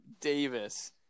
Davis